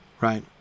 right